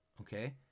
okay